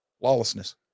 lawlessness